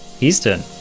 eastern